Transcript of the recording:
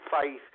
faith